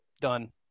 done